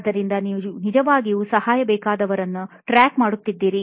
ಆದ್ದರಿಂದ ನೀವು ನಿಜವಾಗಿಯೂ ಸಹಾಯ ಬೇಕಾದವರ ಟ್ರ್ಯಾಕ್ ಮಾಡುತ್ತಿದ್ದೀರಿ